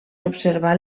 observar